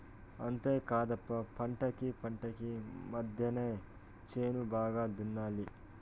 అంతేకాదప్ప పంటకీ పంటకీ మద్దెన చేను బాగా దున్నాలి